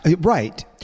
right